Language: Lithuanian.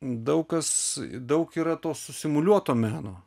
daug kas daug yra to susimuliuoto meno